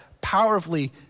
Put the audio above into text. powerfully